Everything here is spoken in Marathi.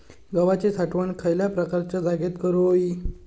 गव्हाची साठवण खयल्या प्रकारच्या जागेत करू होई?